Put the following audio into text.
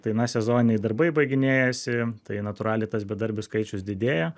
tai na sezoniniai darbai baiginėjasi tai natūraliai tas bedarbių skaičius didėja